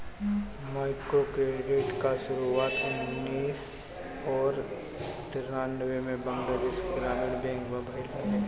microcredit कअ शुरुआत उन्नीस और तिरानबे में बंगलादेश के ग्रामीण बैंक से भयल रहे